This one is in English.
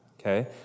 okay